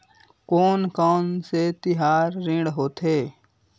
कोन कौन से तिहार ऋण होथे?